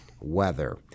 weather